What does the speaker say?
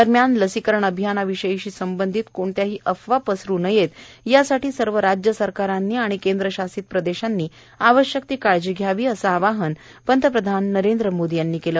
दरम्यान लसीकरण अभियान विषयाशी संबंधित कोणत्याही अफवा पसरू नये यासाठी सर्व राज्य सरकारांनी आणि केंद्रशासित प्रदेशांनी आवश्यक ती काळजी घ्यावी असे आवाहन पंतप्रधान मोदी यांनी केले